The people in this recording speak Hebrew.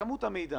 כמות המידע